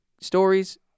stories